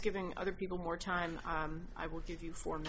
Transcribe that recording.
giving other people more time i will give you four m